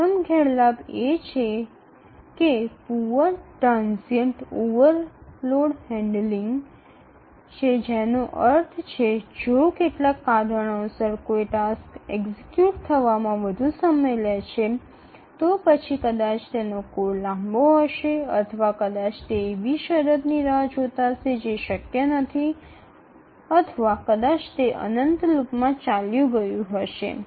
પ્રથમ ગેરલાભ એ છે કે પૂઅર ટ્રાનઝિયન્ટ ઓવરલોડ હેન્ડલિંગ છે જેનો અર્થ છે જો કેટલાક કારણોસર કોઈ ટાસ્ક એક્ઝિક્યુટ થવામાં વધુ સમય લે છે તો પછી કદાચ તેનો કોડ લાંબો હશે અથવા કદાચ તે એવી શરતની રાહ જોતા હતા જે શકય નથી અથવા કદાચ તે અનંત લૂપમાં ચાલ્યું ગયું હશે